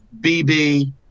BB